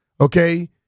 Okay